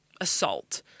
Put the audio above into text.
assault